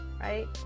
right